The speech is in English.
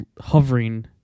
hovering